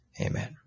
Amen